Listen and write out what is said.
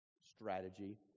strategy